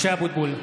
משה אבוטבול,